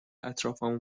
اطرافمو